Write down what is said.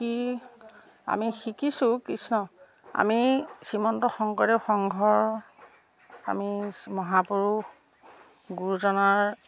কি আমি শিকিছোঁ কৃষ্ণ আমি শ্ৰীমন্ত শংকৰদেৱ সংঘৰ আমি মহাপুৰুষ গুৰুজনাৰ